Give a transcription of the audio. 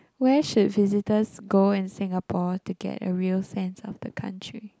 where should visitors go in Singapore to get a real sense of the country